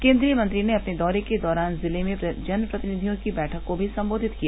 केन्द्रीय मंत्री ने अपने दौरे के दौरान जिले में जनप्रतिनिधियों की बैठक को भी संबोधित किया